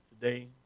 today